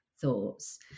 thoughts